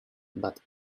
but